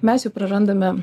mes jau prarandame